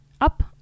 Up